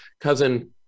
cousin